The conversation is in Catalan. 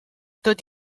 tot